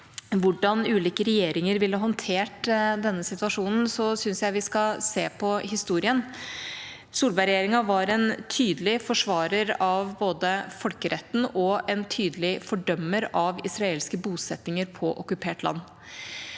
hvordan ulike regjeringer ville ha håndtert denne situasjonen, syns jeg vi skal se på historien. Solberg-regjeringa var en tydelig forsvarer av folkeretten og en tydelig fordømmer av israelske bosettinger på okkupert land.